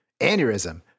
aneurysm